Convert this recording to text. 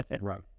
Right